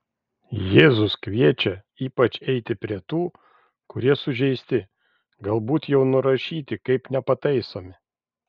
jėzus kviečia ypač eiti prie tų kurie sužeisti galbūt jau nurašyti kaip nepataisomi